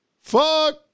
Fuck